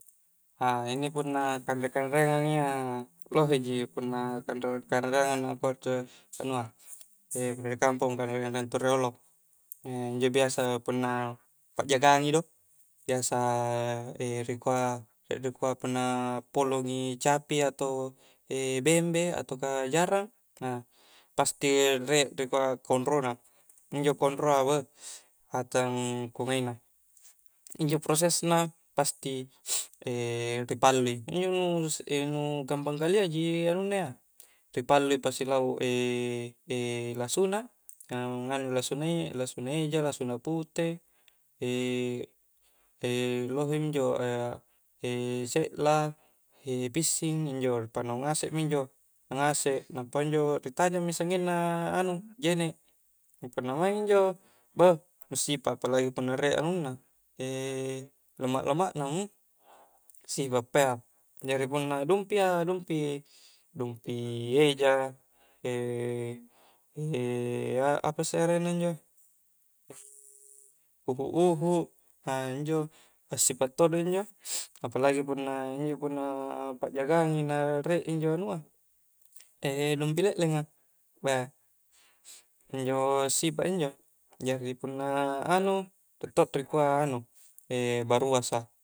A' injo' punna kanre-kanreanga' iya lohe' ji punna kanre-kanreanga pocu' nganua' kamponga' kah nu ri'olo e' injo' biasa punna pa'jagangi do, biasa e' re'kua', re' rikua' punna polongi' capi' ya atau e'bembe' ataukah jarang, nah pasti re' dikua' konro' na injo' konro'a uh, macang ku' hei' na, injo' prosesna pasti ri pallu'i injo' ngurus'i nu' gampang kale'a ji anunna iya, ripallu' pa' sibau' e', e' lasuna kang nganu lasuna ya, lasuna eja' lasuna pute' e' e' lohe' injo e' se'la e' pissing' injo panaung ngase' mi injo', ngase' nampa njo' pitajangmi sagenna' anu je'ne kah punna maeng njo', beh massipa' palagi punna re' anunna, e' lemak-lemakna ehm sipa' payya jadi punna dumpi' ya, dumpi' dumpi' eja' e' e' apa isse' arengna injo' e' uhu'-uhu' assipa' to do injo' palagi punna, injo' punna pa'jagangi' na re'na injo' anua' e' dumpi le'lenga bah injo' assipa' injo', jari' punna anu' re' to dikua' anu, e' baruasa